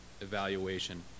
evaluation